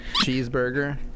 cheeseburger